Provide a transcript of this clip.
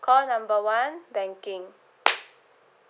call number one banking